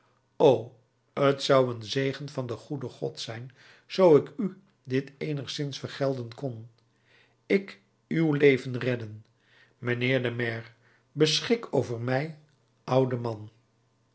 o t zou een zegen van den goeden god zijn zoo ik u dit eenigszins vergelden kon ik uw leven redden mijnheer de maire beschik over mij ouden man